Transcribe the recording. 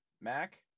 Mac